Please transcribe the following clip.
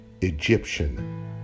Egyptian